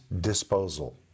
disposal